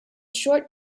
short